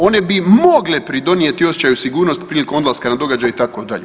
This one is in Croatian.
One bi mogle pridonijeti osjećaju sigurnosti prilikom odlaska na događaj itd.